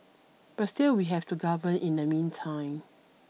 but still we have to govern in the meantime